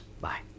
Bye